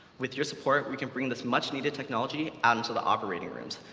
with your support, we can bring this much-needed technology out into the operating rooms,